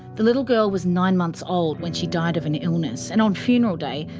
the little girl was nine months old when she died of an illness, and on funeral day,